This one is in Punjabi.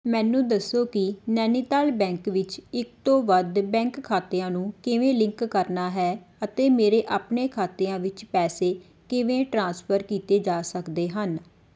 ਮੈਨੂੰ ਦੱਸੋ ਕਿ ਨੈਨੀਤਾਲ ਬੈਂਕ ਵਿੱਚ ਇੱਕ ਤੋਂ ਵੱਧ ਬੈਂਕ ਖਾਤਿਆਂ ਨੂੰ ਕਿਵੇਂ ਲਿੰਕ ਕਰਨਾ ਹੈ ਅਤੇ ਮੇਰੇ ਆਪਣੇ ਖਾਤਿਆਂ ਵਿੱਚ ਪੈਸੇ ਕਿਵੇਂ ਟ੍ਰਾਂਸਫਰ ਕੀਤੇ ਜਾ ਸਕਦੇ ਹਨ